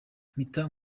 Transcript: mpita